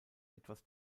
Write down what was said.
etwas